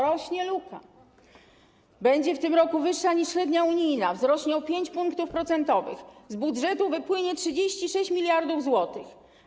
Rośnie luka, będzie w tym roku wyższa niż średnia unijna, wzrośnie o 5 punktów procentowych, z budżetu wypłynie 36 mld zł.